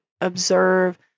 observe